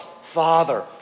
Father